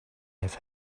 have